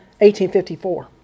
1854